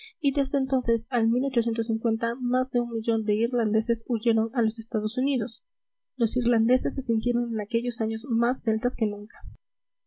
y desde entonces al más de un millón de irlandeses huyeron a los estados unidos los irlandeses se sintieron en aquellos años más celtas que nunca